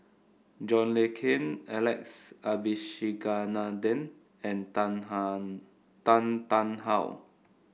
John Le Cain Alex Abisheganaden and Tan Tan Tarn How